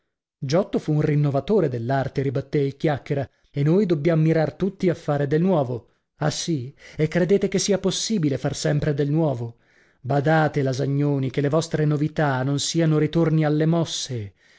giotto giotto fu un rinnovatore dell'arte ribattè il chiacchiera e noi dobbiam mirar tutti a fare del nuovo ah sì e credete che sia possibile far sempre del nuovo badate lasagnoni che le vostre novità non siano ritorni alle mosse